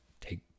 take